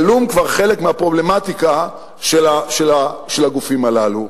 שבה גלום כבר חלק מהפרובלמטיקה של הגופים הללו,